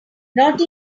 not